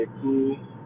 cool